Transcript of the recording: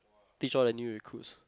teach all the new recruits